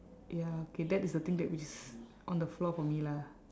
ya okay that is the thing that is on the floor for me lah